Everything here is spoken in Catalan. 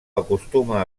acostuma